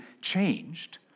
changed